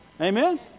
Amen